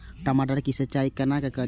टमाटर की सीचाई केना करी?